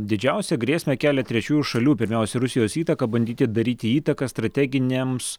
didžiausią grėsmę kelia trečiųjų šalių pirmiausia rusijos įtaka bandyti daryti įtaką strateginiams